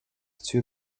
two